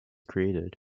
created